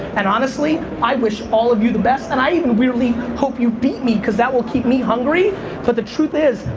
and honestly, i wish all of you the best and i even really hope you beat me cause that will keep me hungry but the truth is,